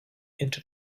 into